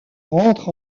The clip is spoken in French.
rentre